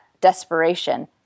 desperation